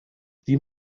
die